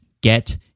get